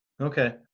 Okay